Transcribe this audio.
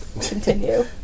Continue